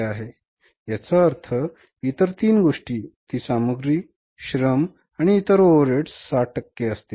म्हणजे याचा अर्थ इतर तीन गोष्टी ती सामग्री तसेच श्रम आणि इतर ओव्हरहेड 60 टक्के असतील